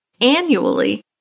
annually